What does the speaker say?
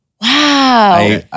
Wow